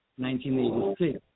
1986